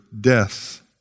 death